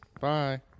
bye